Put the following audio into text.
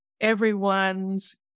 everyone's